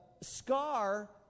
scar